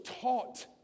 taught